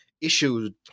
issued